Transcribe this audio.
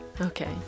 Okay